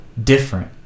different